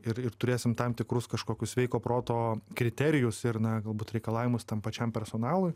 ir ir turėsim tam tikrus kažkokius sveiko proto kriterijus ir na galbūt reikalavimus tam pačiam personalui